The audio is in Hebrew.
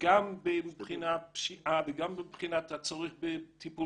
גם מבחינת פשיעה וגם מבחינת הצורך בטיפול